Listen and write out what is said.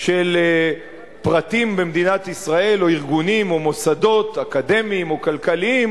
של פרטים במדינת ישראל או ארגונים או מוסדות אקדמיים או כלכליים